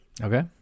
Okay